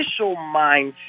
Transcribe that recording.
mindset